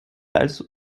als